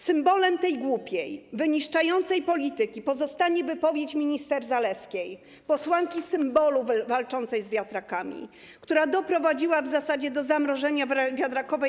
Symbolem głupiej, wyniszczającej polityki pozostanie wypowiedź minister Zalewskiej, posłanki symbolu walczącej z wiatrakami, która doprowadziła w zasadzie do zamrożenia branży wiatrakowej.